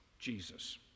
Jesus